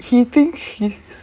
he thinks she's